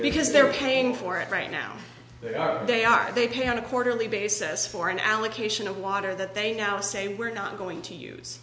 because they were paying for it right now they are taking on a quarterly basis for an allocation of water that they now say we're not going to use